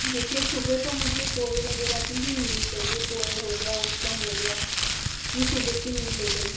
देखिये सुबह तो मुझे पोहे वगैरह की ही मील चाहिए पोहा हो गया उत्पम हो गया ये सुबह की मील हो गई